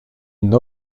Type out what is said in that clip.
une